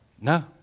No